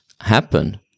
happen